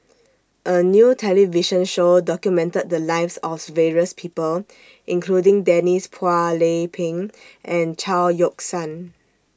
A New television Show documented The Lives of various People including Denise Phua Lay Peng and Chao Yoke San